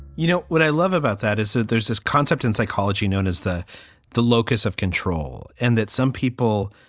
you know, what i love about that is that there's this concept in psychology known as the the locus of control, and that some people,